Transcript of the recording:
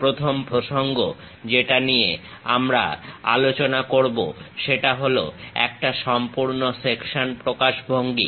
প্রথম প্রসঙ্গ যেটা নিয়ে আমরা আলোচনা করবো সেটা হলো একটা সম্পূর্ণ সেকশন প্রকাশভঙ্গি